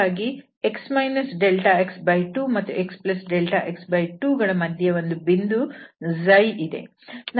ಹಾಗಾಗಿ x δx2ಮತ್ತು xδx2ಗಳ ಮಧ್ಯೆ ಒಂದು ಬಿಂದು ಇದೆ